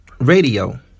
radio